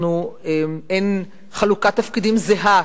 אין חלוקת תפקידים זהה